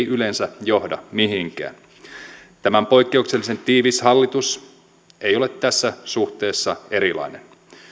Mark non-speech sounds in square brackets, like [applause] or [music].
[unintelligible] yleensä johda mihinkään tämä poikkeuksellisen tiivis hallitus ei ole tässä suhteessa erilainen